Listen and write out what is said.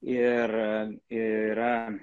ir ir yra